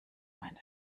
meine